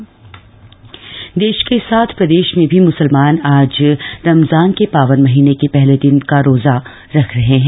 रमजान देश के साथ प्रदेश में भी मुसलमान आज रमजान के पावन महीने के पहले दिन का रोजा रख रहे हैं